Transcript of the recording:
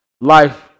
Life